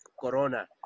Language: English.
Corona